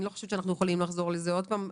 אני לא חושבת שאנחנו יכולים לחזור לזה שוב.